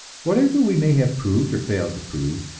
whatever we may have proved or failed to prove,